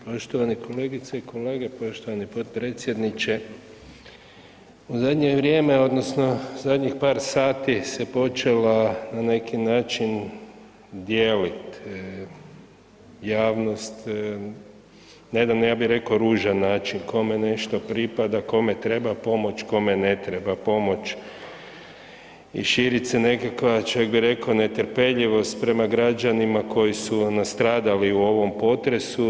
Poštovan kolegice i kolege, poštovani potpredsjedniče u zadnje vrijeme odnosno zadnjih par sati se počela na neki način dijelit javnost na jedan ja bih rekao ružan način, kome nešto pripada, kome treba pomoć, kome ne treba pomoć i širit se nekakva čak bi rekao netrpeljivost prema građanima koji su nastradali u ovom potresu.